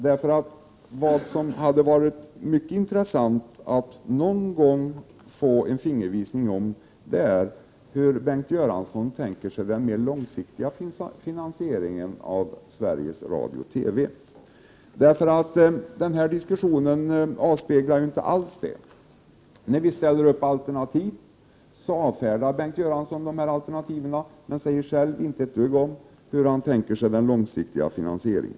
Det hade varit mycket intressant att någon gång få en fingervisning om hur Bengt Göransson tänker sig den mer långsiktiga finansieringen av Sveriges Radio-koncernen. Denna diskussion avspeglar inte alls detta. När vi ställer upp alternativ, avfärdar Bengt Göransson dem. Men själv säger han ingenting om hur han tänker sig den långsiktiga finansieringen.